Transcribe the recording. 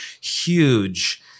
huge